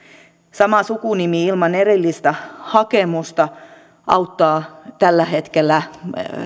sama sukunimi ilman erillistä hakemusta auttaa tällä hetkellä